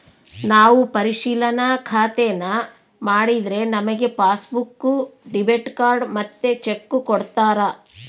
ನಾವು ಪರಿಶಿಲನಾ ಖಾತೇನಾ ಮಾಡಿದ್ರೆ ನಮಿಗೆ ಪಾಸ್ಬುಕ್ಕು, ಡೆಬಿಟ್ ಕಾರ್ಡ್ ಮತ್ತೆ ಚೆಕ್ಕು ಕೊಡ್ತಾರ